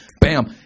Bam